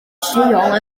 lleol